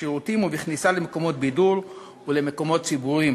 בשירותים ובכניסה למקומות בידור ולמקומות ציבוריים